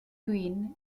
green